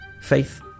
faith